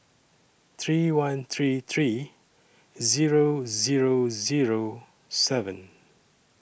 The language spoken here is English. three one three three Zero Zero Zero seven